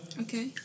Okay